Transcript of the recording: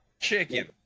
chicken